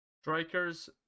Strikers